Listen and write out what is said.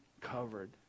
covered